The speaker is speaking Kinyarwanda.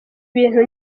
bintu